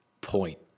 point